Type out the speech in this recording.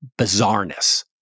bizarreness